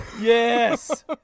yes